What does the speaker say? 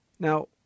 Now